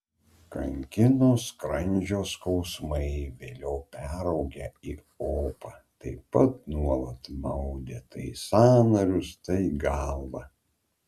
kankino skrandžio skausmai vėliau peraugę į opą taip pat nuolat maudė tai sąnarius tai galvą